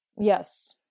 Yes